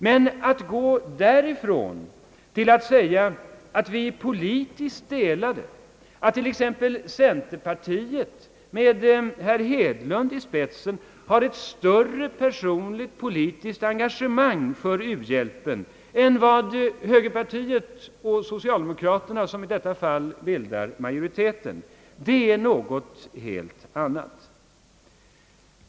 Men att gå därifrån till att säga, att vi är politiskt delade, att t.ex. centerpartiet med herr Hedlund i spetsen har ett större personligt politiskt engagemang för u-hjälpen än högerpartiet och socialdemokraterna, som i detta fall bildar majoriteten, är något helt annat.